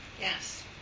yes